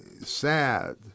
sad